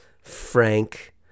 Frank